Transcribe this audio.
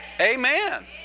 Amen